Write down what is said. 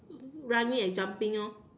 running and jumping orh